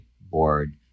board